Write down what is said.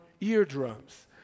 eardrums